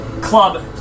club